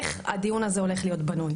איך הדיון הזה יהיה בנוי?